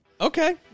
Okay